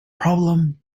problem